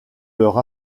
leur